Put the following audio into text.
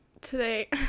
Today